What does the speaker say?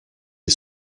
est